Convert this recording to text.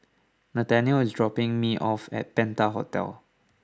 Nathaniel is dropping me off at Penta Hotel